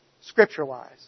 scripture-wise